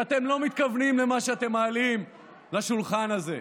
שאתם לא מתכוונים למה שאתם מעלים לשולחן הזה,